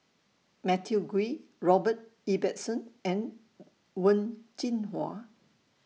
Matthew Ngui Robert Ibbetson and Wen Jinhua